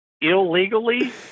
illegally